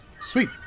Sweet